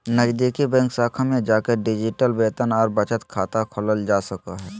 नजीदीकि बैंक शाखा में जाके डिजिटल वेतन आर बचत खाता खोलल जा सको हय